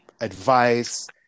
advice